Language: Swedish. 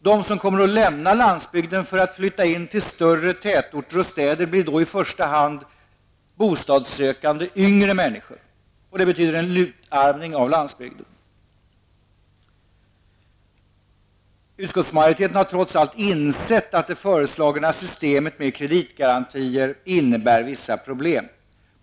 De som kommer att lämna landsbygden och flytta in till större tätorter och städer blir då i första hand bostadssökande yngre människor. Det betyder en utarmning av landsbygden. Utskottsmajoriteten har trots allt insett att det föreslagna systemet med kreditgarantier innebär vissa problem.